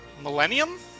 Millennium